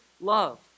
love